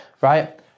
Right